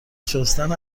شستن